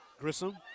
Grissom